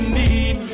need